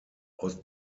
aus